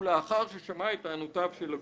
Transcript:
ולאחר ששמע את טענותיו של הגוף."